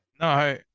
no